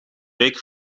week